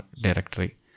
directory